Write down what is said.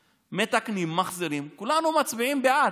מתקנים, מחזירים, כולנו היינו מצביעים בעד.